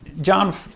John